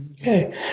Okay